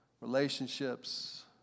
relationships